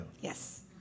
Yes